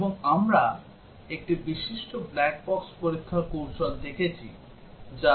এবং আমরা একটি বিশিষ্ট ব্ল্যাক বক্স পরীক্ষার কৌশল দেখেছি যা equivalence class partitioning